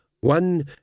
One